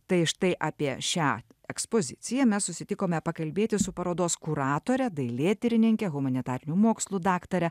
tai štai apie šią ekspoziciją mes susitikome pakalbėti su parodos kuratore dailėtyrininke humanitarinių mokslų daktare